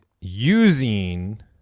using